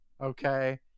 okay